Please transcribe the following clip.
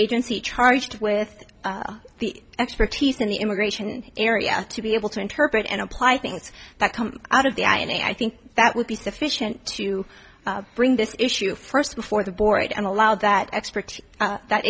agency charged with the expertise in the immigration area to be able to interpret and apply things that come out of the i think that would be sufficient to bring this issue first before the board and allow that expert that